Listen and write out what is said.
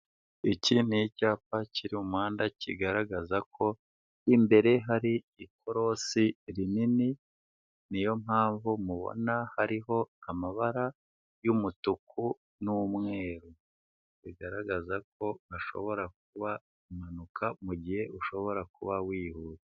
Iki ni icyapa kiri mu muhanda kigaragaza ko imbere hari ikorosi rinini niyo mpamvu mubona hariho amabara y'umutuku n'umweru, bigaragaza ko hashobora kuba impanuka mu gihe ushobora kuba wihuta.